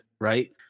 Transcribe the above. right